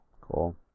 Cool